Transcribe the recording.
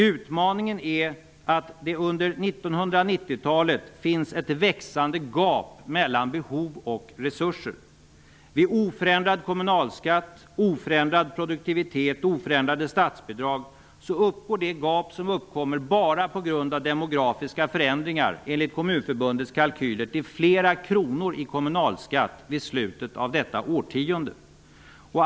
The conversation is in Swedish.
Utmaningen är att det under 1990-talet finns ett växande gap mellan behov och resurser. Vid oförändrad kommunalskatt, oförändrad produktivitet och oförändrade statsbidrag uppgår det gapet bara på grund av demografiska förändringar enligt Kommunförbundets kalkyler till flera kronor i kommunalskatt i slutet av detta årtionde.